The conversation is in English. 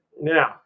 Now